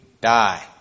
die